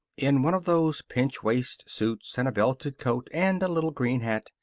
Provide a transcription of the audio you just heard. in one of those pinch-waist suits and a belted coat and a little green hat,